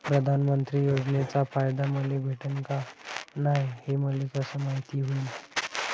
प्रधानमंत्री योजनेचा फायदा मले भेटनं का नाय, हे मले कस मायती होईन?